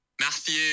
Matthew